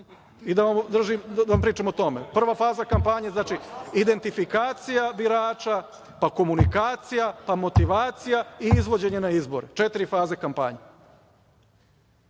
i da vam pričam o tome. Prva faza kampanje - identifikacija birača, pa komunikacija, pa motivacija i izvođenje na izbore. To su četiri faze kampanje.